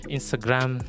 Instagram